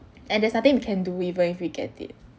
and there's nothing we can do even if we get it